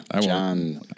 John